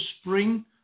spring